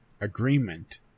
agreement